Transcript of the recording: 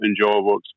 enjoyable